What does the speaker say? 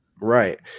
Right